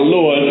Lord